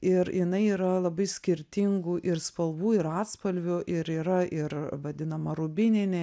ir jinai yra labai skirtingų ir spalvų ir atspalvių ir yra ir vadinama rubininė